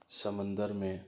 سمندر میں